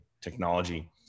technology